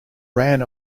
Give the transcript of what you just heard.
ran